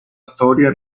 storia